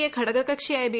A ഘടക കക്ഷിയായ B